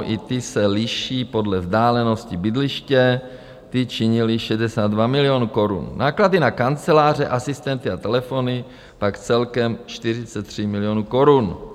I ty se liší podle vzdálenosti bydliště, činil 62 milionů korun, náklady na kanceláře, asistenty a telefony pak celkem 43 milionů korun.